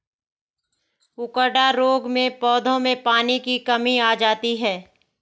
उकडा रोग में पौधों में पानी की कमी आ जाती है